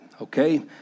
okay